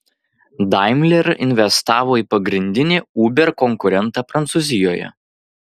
daimler investavo į pagrindinį uber konkurentą prancūzijoje